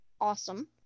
Awesome